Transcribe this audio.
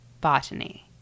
botany